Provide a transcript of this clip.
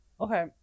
okay